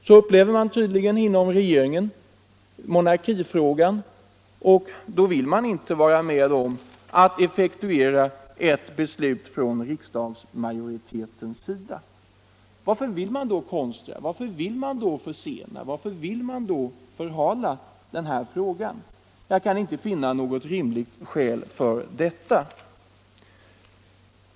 Så upplever man tydligen monarkifrågan inom regeringen, och är det därför man inte vill vara med om att effektuera ett beslut från riksdagsmajoriteten sida? Varför vill man konstra, varför vill man försena och varför vill man förhala frågan? Jag kan inte finna något rimligt skäl för detta.